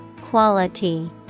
Quality